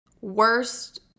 worst